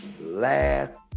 Last